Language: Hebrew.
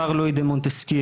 שארל לואי דה מונסטקייה,